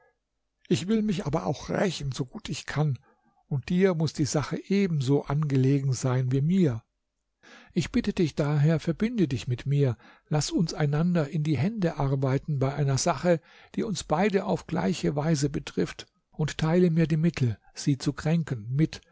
ich will mich aber auch rächen so gut ich kann und dir muß die sache ebenso angelegen sein wie mir ich bitte dich daher verbinde dich mit mir laß uns einander in die hände arbeiten bei einer sache die uns beide auf gleiche weise betrifft und teile mir die mittel sie zu kränken mit